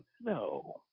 No